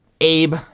Abe